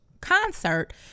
concert